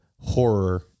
horror